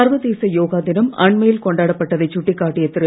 சர்வ தேச யோகா தினம் அண்மையில் கொண்டாடப் பட்டதைச் சுட்டிக்காட்டிய திரு